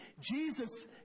Jesus